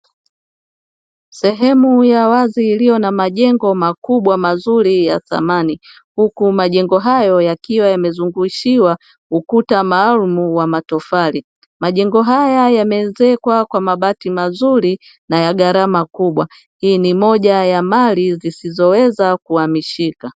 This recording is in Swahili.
Sehemu ya wazi iliyo na majengo makubwa mazuri ya thamani huku majengo hayo yakiwa yamezungushiwa ukuta maalumu wa matofali. Majengo haya yameezekwa kwa mabati mazuri na ya gharama kubwa hii ni moja ya mali zisizoweza kuhamishika.